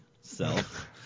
Self